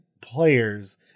players